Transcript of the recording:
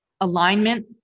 alignment